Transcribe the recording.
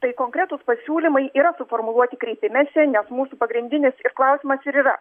tai konkretūs pasiūlymai yra suformuluoti kreipimesi nes mūsų pagrindinis ir klausimas ir yra